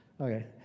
Okay